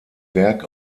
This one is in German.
werk